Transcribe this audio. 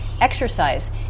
exercise